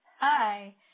Hi